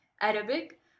Arabic